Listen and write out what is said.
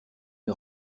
une